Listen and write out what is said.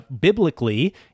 Biblically